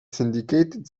syndicated